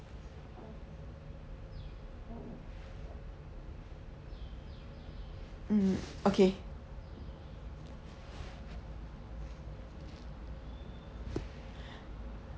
mm okay